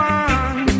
one